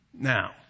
Now